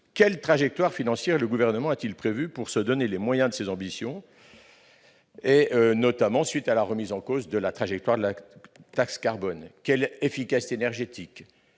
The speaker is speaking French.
quelle trajectoire financière le Gouvernement a-t-il prévue pour se donner les moyens de ses ambitions, à la suite notamment de la remise en cause de la trajectoire de la taxe carbone ? Quelle efficacité énergétique